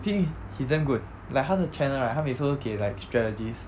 pimp he's damn good like 他的 channel right 他每次都给 like strategies